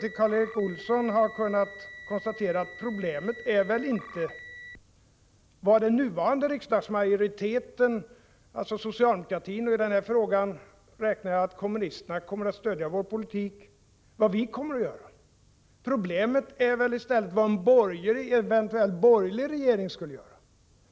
Till Karl Erik Olsson skulle jag kunna säga att problemet inte är vad den nuvarande riksdagsmajoriteten, socialdemokraterna — i den här frågan räknar jag med att kommunisterna kommer att stödja vår politik — kommer att göra. Problemet är väl i stället vad en eventuell borgerlig regering skulle göra.